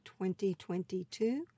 2022